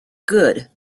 good